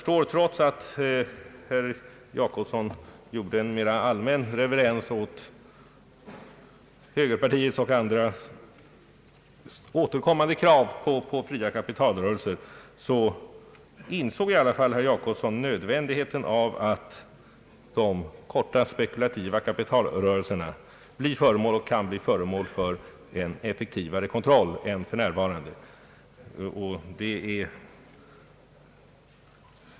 Trots att han gjorde en mera allmän reverens åt högerpartiets och andras återkommande krav på fria kapitalrörelser insåg herr Jacobsson, såvitt jag förstår, nödvändigheten av att de korta spekulativa kapitalrörelserna kan bli föremål för effektivare kontroll än för närvarande.